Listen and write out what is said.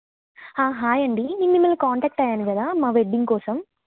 hi అండి నేను మిమ్మల్ని కాంటాక్ట్ అయ్యాను కదా మా వెడ్డింగ్ కోసం